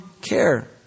care